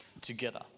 together